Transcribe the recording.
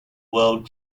world